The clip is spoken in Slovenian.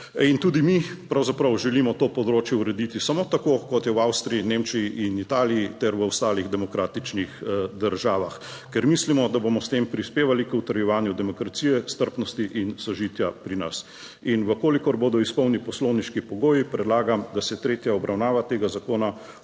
tudi mi pravzaprav želimo to področje urediti samo tako kot je v Avstriji, Nemčiji in Italiji ter v ostalih demokratičnih državah, ker mislimo, da bomo s tem prispevali k utrjevanju demokracije, strpnosti in sožitja pri nas in v kolikor bodo izpolnjeni poslovniški pogoji predlagam, da se tretja obravnava tega zakona opravi